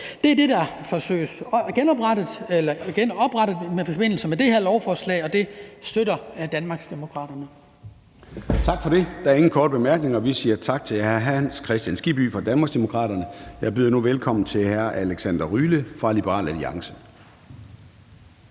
Det er det, der forsøges gjort med det her lovforslag, og det støtter Danmarksdemokraterne. Kl. 13:09 Formanden (Søren Gade): Tak for det. Der er ingen korte bemærkninger. Vi siger tak til hr. Hans Kristian Skibby fra Danmarksdemokraterne, og jeg byder nu velkommen til hr. Alexander Ryle fra Liberal Alliance.